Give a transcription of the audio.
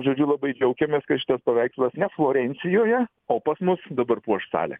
žodžiu labai džiaugiamės kad šitas paveikslas ne florencijoje o pas mus dabar puoš salę